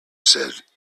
said